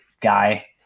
guy